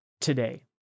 today